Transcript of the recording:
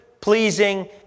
pleasing